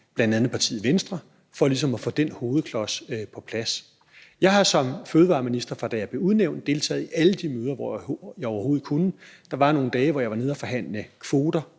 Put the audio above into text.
bl.a. partiet Venstre for ligesom at få den hovedklods på plads. Jeg har som fødevareminister, fra da jeg blev udnævnt, deltaget i alle de møder, jeg overhovedet kunne. Der var nogle dage, hvor jeg var nede i Bruxelles og forhandle kvoter